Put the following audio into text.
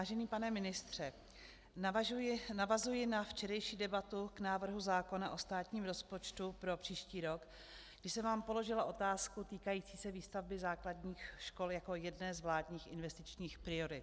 Vážený pane ministře, navazuji na včerejší debatu k návrhu zákona o státním rozpočtu pro příští rok, kdy jsem vám položila otázku týkající se výstavby základních škol jako jedné z vládních investičních priorit.